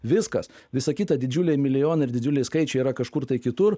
viskas visa kita didžiuliai milijonai ir didžiuliai skaičiai yra kažkur tai kitur